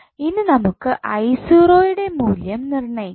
ഇനി നമുക്ക് യുടെ മൂല്യം നിർണയിക്കാം